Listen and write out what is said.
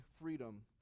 freedom